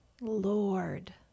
Lord